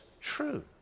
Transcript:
true